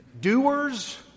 Doers